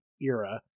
era